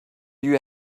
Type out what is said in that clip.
you